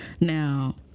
Now